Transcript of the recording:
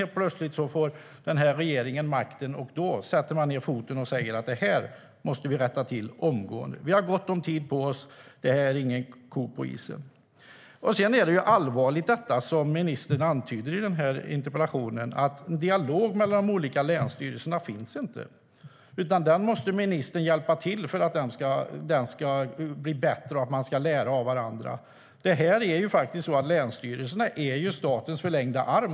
Helt plötsligt får den här regeringen makten, sätter ned foten och säger: Det här måste vi rätta till omgående. Vi har gott om tid på oss. Det är ingen ko på isen. Sedan är det allvarligt, detta som ministern antyder i interpellationssvaret, att det inte finns någon dialog mellan de olika länsstyrelserna, utan ministern måste hjälpa till för att den ska bli bättre och de ska lära av varandra. Länsstyrelserna är statens förlängda arm.